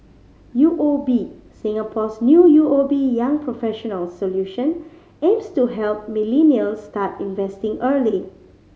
U O B Singapore's new U O B Young Professionals Solution aims to help millennials start investing early